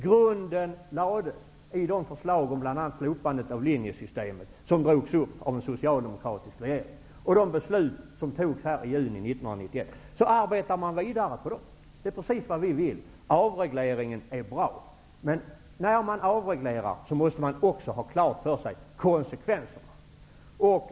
Grunden lades bl.a. i förslaget om slopandet av linjesystemet, som drogs upp av en socialdemokratisk regering, och de beslut som togs i juni 1991. Så arbetar man vidare på dem. Det är precis vad vi vill. Avregleringen är bra, men när man avreglerar måste man också ha klart för sig konsekvenserna.